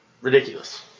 ridiculous